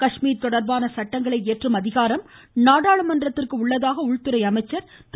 காஷ்மீர் தொடர்பாக சட்டங்களை இயற்றும் அதிகாரம் நாடாளுமன்றத்திற்கு இருப்பதாக உள்துறை அமைச்சர் திரு